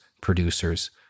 producers